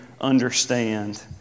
understand